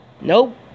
nope